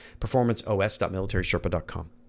performanceos.militarySherpa.com